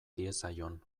diezaion